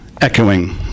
echoing